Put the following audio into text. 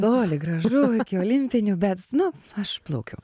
toli gražu iki olimpinių bet nu aš plaukiu